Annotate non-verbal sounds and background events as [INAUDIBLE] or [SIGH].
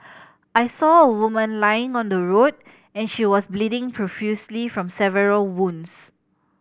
[NOISE] I saw a woman lying on the road and she was bleeding profusely from several wounds